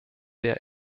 der